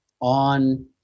on